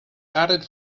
added